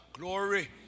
Glory